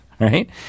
right